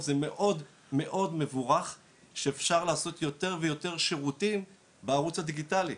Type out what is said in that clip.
זה מאוד מאוד מבורך שאפשר לעשות יותר ויותר שירותים בערוץ הדיגיטלי,